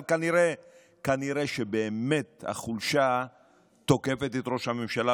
אבל כנראה באמת החולשה תוקפת את ראש הממשלה,